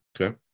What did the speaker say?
Okay